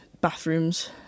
bathrooms